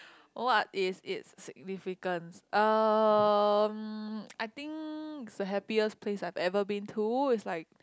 what is it's significance um I think it's the happiest place I ever been through it's like